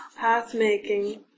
path-making